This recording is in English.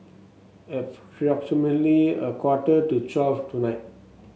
approximately a quarter to twelve tonight